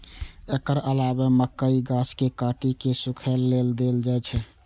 एकर अलावे मकइक गाछ कें काटि कें सूखय लेल दए देल जाइ छै